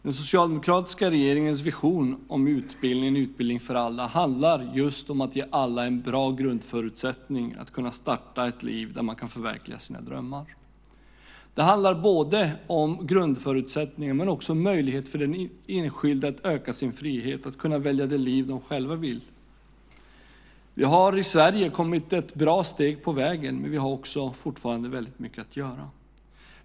Den socialdemokratiska regeringens vision om utbildning för alla handlar just om att ge alla en bra grundförutsättning för att kunna starta ett liv där man kan förverkliga sina drömmar. Det handlar om grundförutsättningar men också om möjlighet för den enskilde att öka sin frihet och kunna välja det liv man själv vill. Vi har i Sverige kommit en bra bit på vägen, men vi har också fortfarande väldigt mycket att göra.